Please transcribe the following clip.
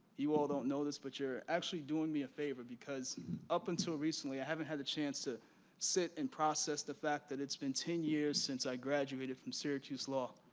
you all don't know this, but you're actually doing me a favor. because up until recently, i haven't had a chance to sit and process the fact that it's been ten years since i graduated from syracuse law.